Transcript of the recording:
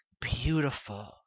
beautiful